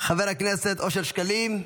חבר הכנסת אושר שקלים,